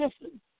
listen